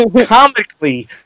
comically